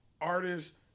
Artists